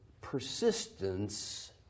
persistence